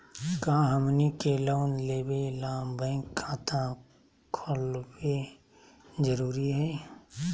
का हमनी के लोन लेबे ला बैंक खाता खोलबे जरुरी हई?